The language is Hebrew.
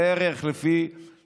בערך לפי